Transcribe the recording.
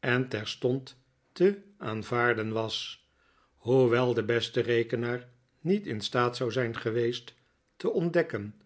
en terstond te aanvaarden was hoewel de beste rekenaar niet in staat zou zijn geweest te ontdekken